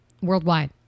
Worldwide